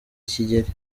kigeli